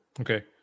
Okay